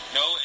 no